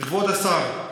כבוד השר,